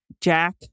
Jack